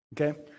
Okay